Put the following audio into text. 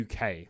UK